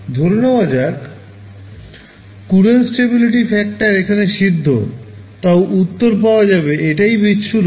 ধরে নেওয়া যাক Courant stability factor এখানে সিদ্ধ তাও উত্তর পাওয়া যাবে এটাই বিচ্ছুরণ